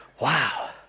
Wow